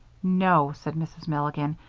no, said mrs. milligan,